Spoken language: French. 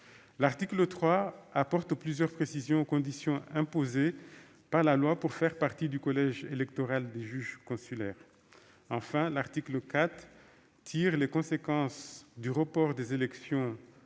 L'article 3 apporte plusieurs précisions aux conditions imposées par la loi pour faire partie du collège électoral des juges consulaires. Enfin, l'article 4 tire les conséquences, d'une part, du report